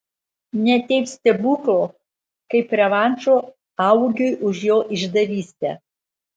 ne taip stebuklo kaip revanšo augiui už jo išdavystę